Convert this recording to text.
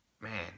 Man